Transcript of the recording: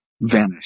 vanish